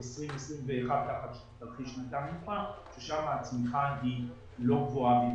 2021 תחת תרחיש שליטה ושם הצמיחה היא לא גבוהה.